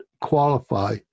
qualify